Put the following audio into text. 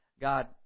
God